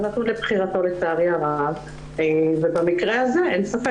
זה נתון לבחירתו לצערי הרב ובמקרה הזה אין ספק